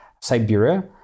Siberia